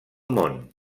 món